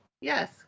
yes